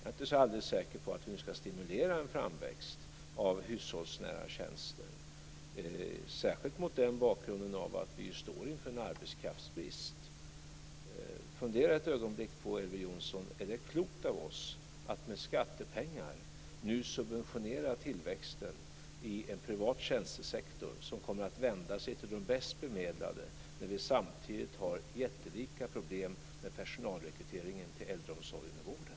Jag är inte så alldeles säker på att vi nu ska stimulera en framväxt av hushållsnära tjänster, särskilt mot den bakgrunden att vi står inför en arbetskraftsbrist. Fundera ett ögonblick på, Elver Jonsson, om det är klokt av oss att med skattepengar nu subventionera tillväxten i en privat tjänstesektor som kommer att vända sig till de bäst bemedlade när vi samtidigt har jättelika problem med personalrekryteringen till äldreomsorgen och vården.